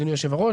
אדוני יושב הראש,